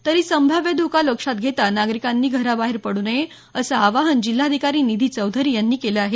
तरी संभाव्य धोका लक्षात घेता नागरिकांनी घराबाहेर पडू नये असे आवाहन जिल्हाधिकारी निधी चौधरी यांनी केले आहे